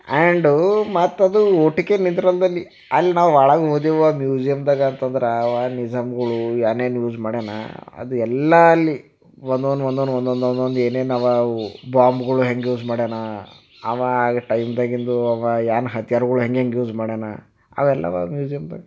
and ಮತ್ತು ಅದು ಅಷ್ಟಕ್ಕೇ ನಿಂದ್ರಲ್ಲದು ಅಲ್ಲಿ ಅಲ್ಲಿ ನಾವು ಒಳಗೆ ಹೋದೆವು ಆ ಮ್ಯೂಸಿಯಮ್ದಾಗ ಅಂತಂದ್ರೆ ಅವ ನಿಜಾಮ್ಗಳು ಏನೇನು ಯೂಸ್ ಮಾಡ್ಯಾನ ಅದು ಎಲ್ಲ ಅಲ್ಲಿ ಒಂದೊಂದು ಒಂದೊಂದು ಒಂದೊಂದು ಒಂದೊಂದು ಏನೇನು ಅವ ಅವು ಬಾಂಬ್ಗಳು ಹೆಂಗೆ ಯೂಸ್ ಮಾಡ್ಯಾನ ಅವ ಆ ಟೈಮ್ದಾಗಿಂದು ಅವ ಏನು ಹತ್ಯಾರಗಳು ಹೆಂಗೆಂಗೆ ಯೂಸ್ ಮಾಡ್ಯಾನ ಅವೆಲ್ಲ ಅವ ಮ್ಯೂಸಿಯಮ್ದಾಗ